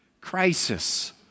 crisis